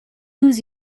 lose